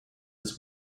his